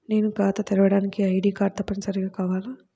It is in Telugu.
నేను ఖాతా తెరవడానికి ఐ.డీ కార్డు తప్పనిసారిగా కావాలా?